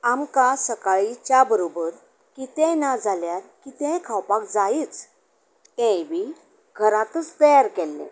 आमकां सकाळी च्या बरोबर कितें ना जाल्यार कितें खावपाक जायच तेंवूय बी घरांतूच तयार केल्लें